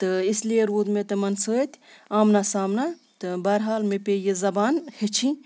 تہٕ اسلیے روٗد مےٚ تِمَن سۭتۍ آمنا سامنا تہٕ بَحرحال مےٚ پے یہِ زبان ہیٚچھِنۍ